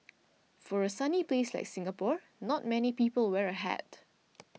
for a sunny place like Singapore not many people wear a hat